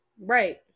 Right